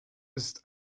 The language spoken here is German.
ist